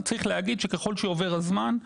צריך להגיע שככל שעובר הזמן,